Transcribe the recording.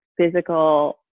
physical